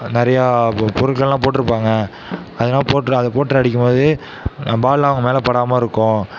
நிறையா பொருட்கள்லாம் போட்யிருப்பாங்க அதலாம் போட்ரு அதை போட்ரு அடிக்கும் போது பால்லாம் அவங்க மேலே படாமயிருக்கும்